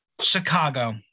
Chicago